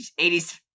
80s